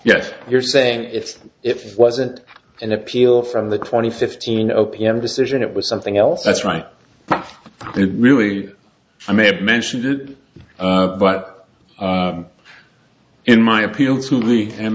yet you're saying if it wasn't an appeal from the twenty fifteen o p m decision it was something else that's right really i may have mentioned it but in my appeal to the m